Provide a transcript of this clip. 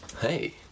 hey